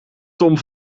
tom